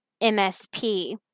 MSP